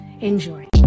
Enjoy